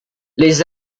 les